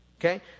Okay